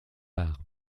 par